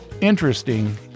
interesting